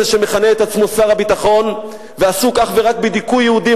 שמכנה את עצמו שר הביטחון ועסוק אך ורק בדיכוי יהודים,